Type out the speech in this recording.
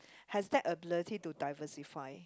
has that ability to diversify